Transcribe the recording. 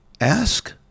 ask